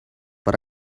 but